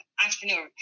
entrepreneur